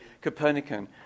Copernican